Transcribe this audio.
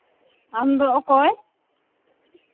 ᱟᱢ ᱫᱚ ᱚᱠᱚᱭ